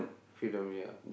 freedom ya uh